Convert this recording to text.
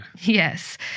Yes